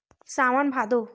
सावन भादो